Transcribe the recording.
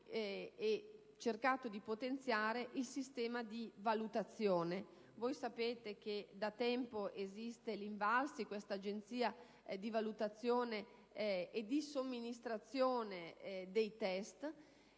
e cercato di potenziare il sistema di valutazione. È noto che da tempo esiste l'INVALSI, un'agenzia di valutazione e di somministrazione dei test.